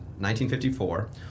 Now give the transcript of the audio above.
1954